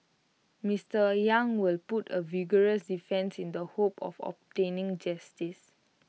Mister yang will put A vigorous defence in the hope of obtaining justice